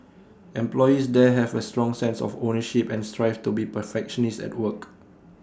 employees there have A strong sense of ownership and strive to be perfectionists at work